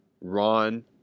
Ron